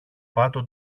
πάτο